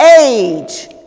age